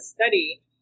study